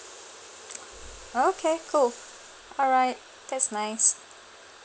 okay cool alright that's nice